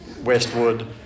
Westwood